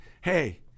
hey